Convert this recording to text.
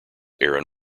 aaron